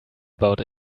about